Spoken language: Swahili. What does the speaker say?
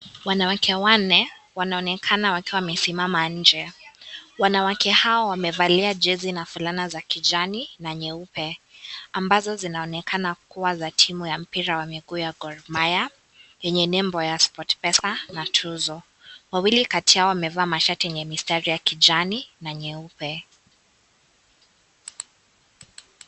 Wanawake wanne wanaonekana wakiwa wamesimama nje. Wanawake hao wamevalia jezi na fulana za kijani na nyeupe ambazo zinaonekana kuwa za timu ya mpira wa miguu ya Gor Mahia, yenye nembo ya SportPesa na tuzo. Wawili kati yao wamevaa mashati yenye mistari ya kijani na nyeupe.